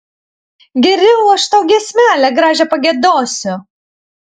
geriau aš tau giesmelę gražią pagiedosiu